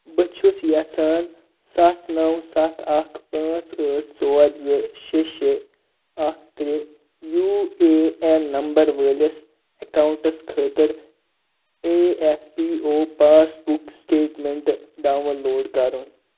بہٕ چھُس یژھان سَتھ نو سَتھ اکھ پانٛژھ ٲٹھۍ ژور زٕ شےٚ شےٚ اکھ ترٛےٚ یوٗ اے اٮ۪ن نمبر وٲلِس اٮ۪کاوُنٛٹس خٲطرٕ A F P O pass book statement download کرُن